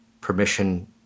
Permission